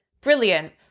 Brilliant